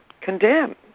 condemn